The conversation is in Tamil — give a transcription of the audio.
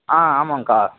ஆ ஆமாங்கக்கா